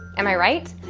am i right?